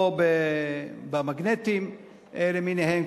או במגנטים למיניהם,